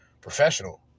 professional